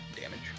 damage